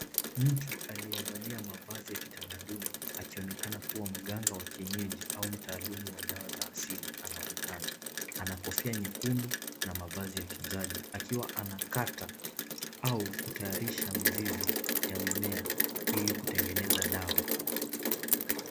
Mtu aliyevalia mavazi ya kitamaduni akionekana kuwa mganga wa kienyeji au mtaalamu wa dawa za asili anaonekana. Ana kofia nyekundu na mavazi ya kijani akiwa anakata tangu kutayarisha mizizi ya mimea ili kutengeneza dawa.